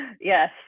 Yes